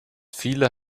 viele